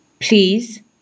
Please